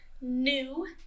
new